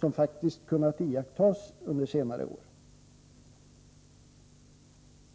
som faktiskt kunnat iakttas under senare år.